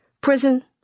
Prison